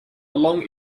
along